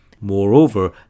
Moreover